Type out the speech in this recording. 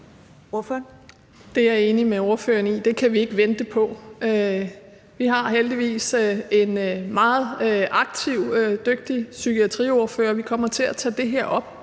Det er jeg enig med ordføreren i: Det kan vi ikke vente på. Vi har heldigvis en meget aktiv og dygtig psykiatriordfører, og vi kommer til at tage det her op.